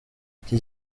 iki